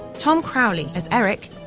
tom crowley as eric,